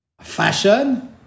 fashion